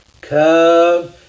Come